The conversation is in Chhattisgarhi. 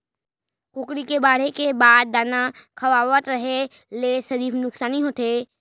कुकरी के बाड़हे के बाद दाना खवावत रेहे ल सिरिफ नुकसानी होथे